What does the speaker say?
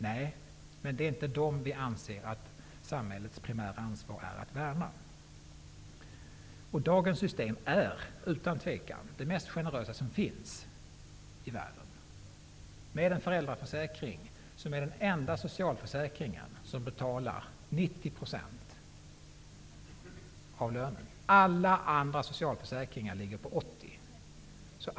Vi anser inte att det är samhällets primära ansvar att värna dem. Dagens system är utan tvekan det mest generösa som finns i världen. Föräldraförsäkringen är den enda socialförsäkringen som betalar 90 % av lönen. Alla andra socialförsäkringar ligger på 80 %.